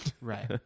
Right